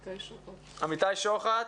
אמיתי שוחט,